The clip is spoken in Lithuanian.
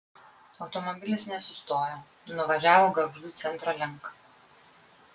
automobilis nesustojo nuvažiavo gargždų centro link